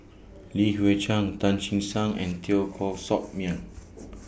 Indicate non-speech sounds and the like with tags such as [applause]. Li Hui Cheng Tan Che Sang and Teo Koh Sock Miang [noise]